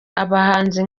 abahanzi